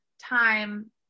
time